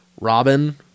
robin